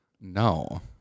No